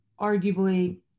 arguably